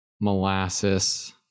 molasses